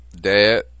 Dad